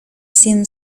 seemed